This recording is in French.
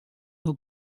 eau